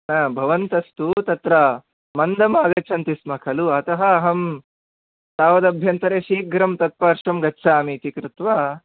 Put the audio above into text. हा भवन्तस्तु तत्र मन्दम् आगच्छन्ति स्म खलु अतः अहं तावदभ्यन्तरे शीघ्रं तत्पार्श्वं गच्छामीति कृत्वा